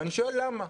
ואני שואל למה.